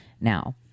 now